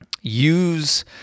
use